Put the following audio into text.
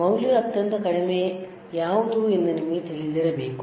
ಮೌಲ್ಯವು ಅತ್ಯಂತ ಕಡಿಮೆ ಯಾವುದು ಎಂದು ನಿಮಗೆ ತಿಳಿದಿರಬೇಕು